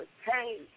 Hey